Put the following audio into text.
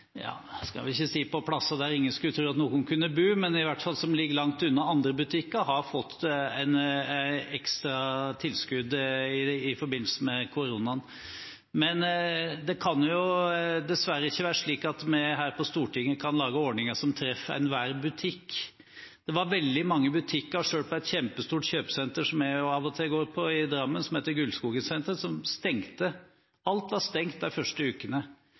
ikke på plasser «der ingen skulle tru at nokon kunne bu», men som i hvert fall ligger langt unna andre butikker, har fått et ekstra tilskudd i forbindelse med koronakrisen. Men det kan jo dessverre ikke være slik at vi her på Stortinget kan lage ordninger som treffer enhver butikk. Det var veldig mange butikker, selv et kjempestort kjøpesenter som jeg av og til går på i Drammen, som heter Gullskogen Senter, som stengte. Alt var stengt de første ukene.